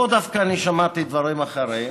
פה דווקא שמעתי דברים אחרים,